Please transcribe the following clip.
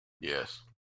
Yes